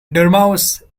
dormouse